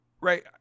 right